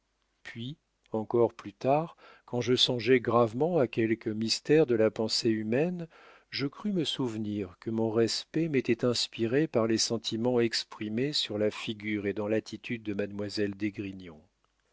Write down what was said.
puis encore plus tard quand je songeai gravement à quelques mystères de la pensée humaine je crus me souvenir que mon respect m'était inspiré par les sentiments exprimés sur la figure et dans l'attitude de mademoiselle d'esgrignon l'admirable calme de